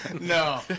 No